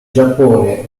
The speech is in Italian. giappone